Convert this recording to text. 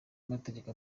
mategeko